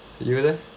you leh